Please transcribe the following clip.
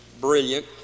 brilliant